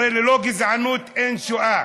הרי ללא גזענות אין שואה.